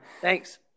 Thanks